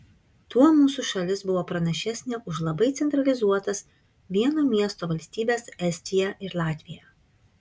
tuo mūsų šalis buvo pranašesnė už labai centralizuotas vieno miesto valstybes estiją ir latviją